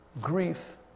Grief